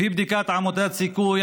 לפי בדיקת עמותת סיכוי,